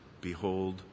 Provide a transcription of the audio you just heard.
Behold